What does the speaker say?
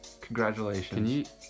Congratulations